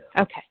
Okay